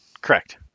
correct